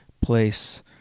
place